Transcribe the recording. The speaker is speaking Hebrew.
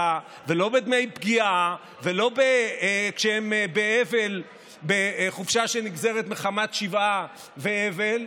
ולא בדמי פגיעה ולא כשהם בחופשה מחמת שבעה ואבל,